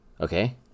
okay